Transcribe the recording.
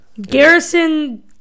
Garrison